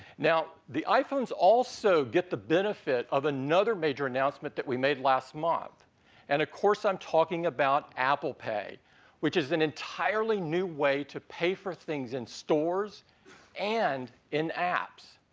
now, the iphones also get the benefit of another major announcement that we made last month and of course i'm talking about apple pay which is an entirely new way to pay for things in stores and in apps.